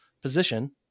position